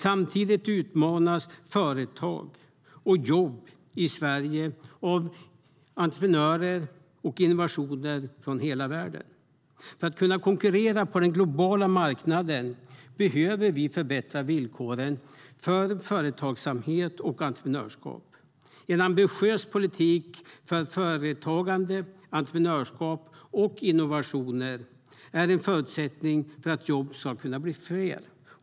Samtidigt utmanas företag och jobb i Sverige av entreprenörer och innovationer från hela världen. För att kunna konkurrera på den globala marknaden behöver vi förbättra villkoren för företagsamhet och entreprenörskap. En ambitiös politik för företagande, entreprenörskap och innovationer är en förutsättning för att jobben ska kunna bli fler.